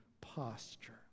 posture